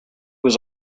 was